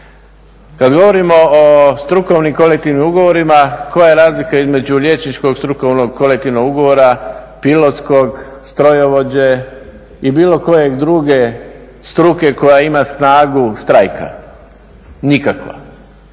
Kad govorimo o strukovnim kolektivnim ugovorima, koja je razlika između liječničkog strukovnog kolektivnog ugovora, pilotskog, strojovođe i bilo koje druge struke koja ima snagu štrajka? Nikakva.